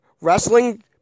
wrestling